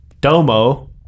domo